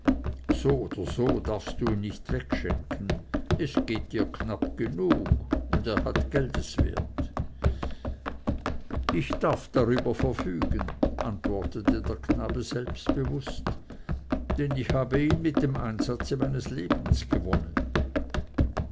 so oder so darfst du ihn nicht wegschenken es geht dir knapp genug und er hat geldeswert ich darf darüber verfügen antwortete der knabe selbstbewußt denn ich habe ihn mit dem einsatze meines lebens gewonnen